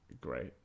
great